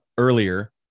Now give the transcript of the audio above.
earlier